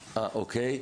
תתי-ועדות.